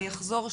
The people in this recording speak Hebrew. אני אחזור שוב,